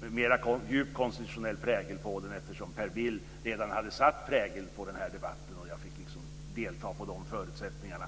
mer djup konstitutionell prägel på den. Per Bill hade redan satt prägel på debatten, och jag fick delta på de förutsättningarna.